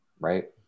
right